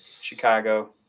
Chicago